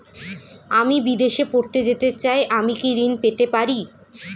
আমি বিদেশে পড়তে যেতে চাই আমি কি ঋণ পেতে পারি?